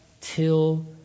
till